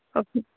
okay